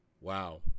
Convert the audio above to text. wow